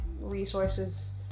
resources